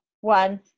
one